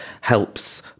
helps